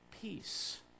Peace